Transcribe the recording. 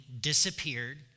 disappeared